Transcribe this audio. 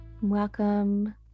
Welcome